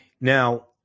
Now